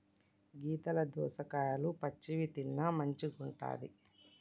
గీతల దోసకాయలు పచ్చివి తిన్న మంచిగుంటది